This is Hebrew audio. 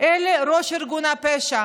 אלא ראש ארגון פשע,